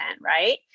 right